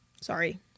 Sorry